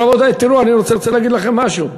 רבותי, אני רוצה להגיד לכם משהו.